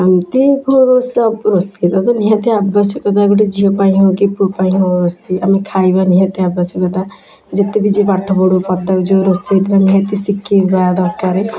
ଏମତି ରୋଷେଇଟା ତ ନିହାତି ଆବଶ୍ୟକତା ଗୋଟେ ଝିଅ ପାଇଁ ହେଉ କି ପୁଅ ପାଇଁ ହେଉ ରୋଷେଇ ଆମେ ଖାଇବା ନିହାତି ଆବଶ୍ୟକତା ଯେତେବି ଯିଏ ପାଠ ପଢ଼ୁ ଯେଉଁ ରୋଷେଇ ନିହାତି ଶିଖିବା ଦରକାର